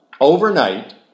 overnight